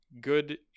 good